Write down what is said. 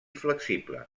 flexible